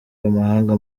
amahanga